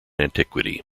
antiquity